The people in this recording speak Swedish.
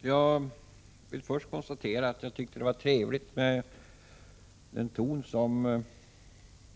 Herr talman! Jag vill först säga att jag tyckte det var trevligt med den ton som